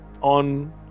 on